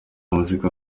muzika